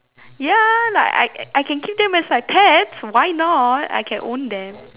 ya like I I can keep them as my pets why not I can own them